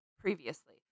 previously